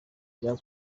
bya